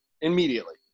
immediately